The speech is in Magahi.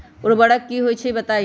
उर्वरक की होई छई बताई?